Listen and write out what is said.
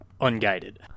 unguided